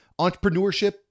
entrepreneurship